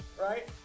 right